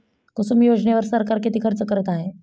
कुसुम योजनेवर सरकार किती खर्च करत आहे?